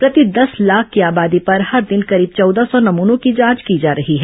प्रति दस लाख की आबादी पर हर दिन करीब चौदह सौ नमूनों की जांच की जा रही है